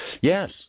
Yes